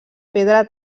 pedra